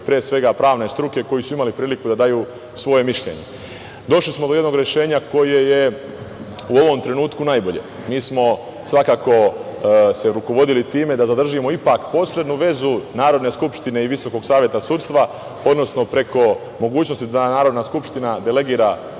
pre svega pravne struke koji su imali priliku da daju svoje mišljenje. Došli smo do jednog rešenja koje je u ovom trenutku najbolje. Mi smo svakako se rukovodili time da zadržimo ipak posrednu vezu Narodne skupštine i Visokog saveta sudstva, odnosno preko mogućnosti da Narodna skupština delegira